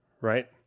Right